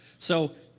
so,